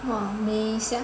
!wah! 美 sia